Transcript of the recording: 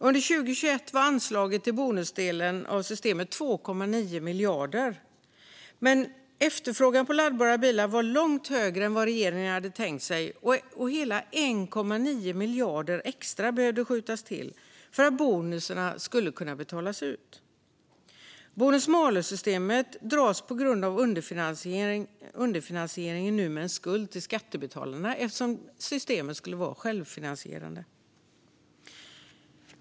Under 2021 var anslaget till bonusdelen av systemet 2,9 miljarder. Men efterfrågan på laddbara bilar var långt större än regeringen hade tänkt sig, och hela 1,9 miljarder extra behövde skjutas till för att bonusarna skulle kunna betalas ut. Bonus malus-systemet dras på grund av underfinansieringen nu med en skuld till skattebetalarna. Systemet skulle ju vara självfinansierande.